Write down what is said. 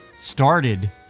started